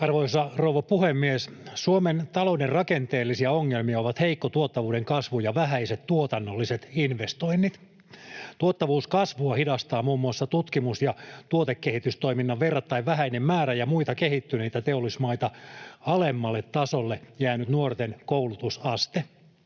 Arvoisa rouva puhemies! Suomen talouden rakenteellisia ongelmia ovat heikko tuottavuuden kasvu ja vähäiset tuotannolliset investoinnit. Tuottavuuskasvua hidastavat muun muassa tutkimus- ja tuotekehitystoiminnan verrattain vähäinen määrä ja muita kehittyneitä teollisuusmaita alemmalle tasolle jäänyt nuorten koulutusaste.